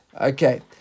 Okay